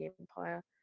empire